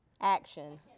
Action